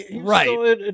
right